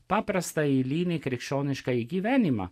paprastą eilinį krikščioniškąjį gyvenimą